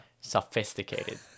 sophisticated